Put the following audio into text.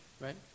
right